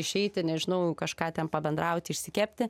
išeiti nežinau kažką ten pabendrauti išsikepti